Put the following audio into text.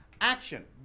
action